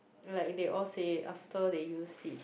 like they all say after they used it